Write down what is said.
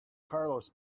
carlos